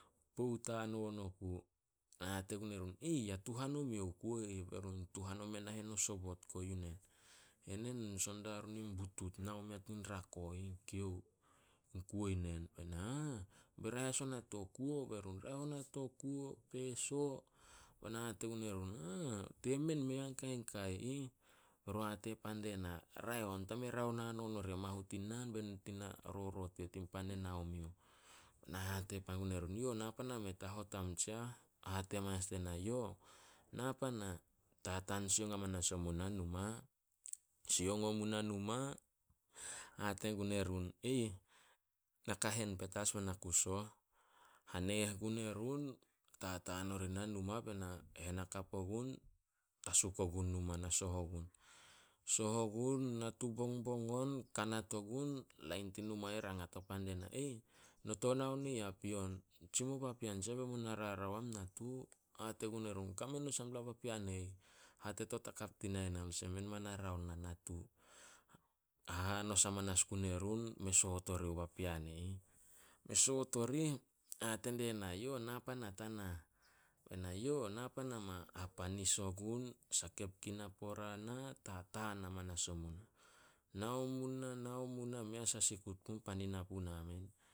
Pout hanon oku. Hate gun erun, "Ya tuhan omiouh o kuo ih." Be run, "Tuhan omea nahen o sobot ko yu nen. Enen son dia run in butut, nao mea tin rako ih, kio, in kuo i nen." Be na, "Be raeh as ona to kuo." Be run, "Raeh ona to kuo, peso." Ba na hate gun erun, "Temen mei a kain kai ih." Be run hate pan die na, "Raeh on ta me raon hanon oria mahu tin naan be nit i na rorot yu eh tin pan e nao miouh." Hate pan gue run, "Yo na pan a meh ta hot am, tsiah?" Hate amanas die na, "Yo, na pana." Tataan sioung amanas omu nah numa. Sioung omu nah numa, Hate gun erun, "Na ka hen petas be na ku soh." Haneh gun erun, tataan ori na numa, be na hen hakap ogun, tasuk ogun numa na soh ogun. Soh ogun, natu bongbong on, kanat ogun, lain tin numa eh rangat o pan die na. "No tou nao ni ya pion? Tsimou papean tsiah be mu na rarao am natu." Hate gun erun, "Kame no sampla papean e ih hatetot hakap dinae na olsem men ma na raon nah natu." Hahanos amanas gun erun, me soot orih papean e ih. Me soot orih hate die na, "Yo na pana ta nah." Be na, "Yo na pan ama." Hapanis ogun, sakep gun napora na, tataan amanas omu nah. Nao mu nah- nao mu nah, mei asah sikut puh pan i na puna men.